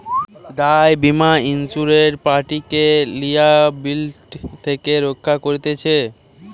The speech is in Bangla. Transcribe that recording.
দায় বীমা ইন্সুরেড পার্টিকে লিয়াবিলিটি থেকে রক্ষা করতিছে